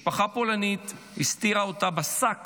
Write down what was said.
משפחה פולנית הסתירה אותה בשק